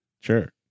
Sure